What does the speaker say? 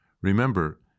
Remember